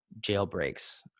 jailbreaks